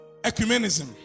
ecumenism